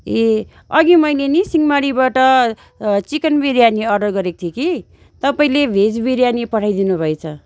ए अघि मैले नि सिंहमारीबाट चिकन बिर्यानी अर्डर गरेको थिएँ कि तपाईँले भेज बिर्यानी पठाइदिनुभएछ